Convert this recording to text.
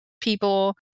people